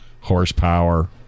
horsepower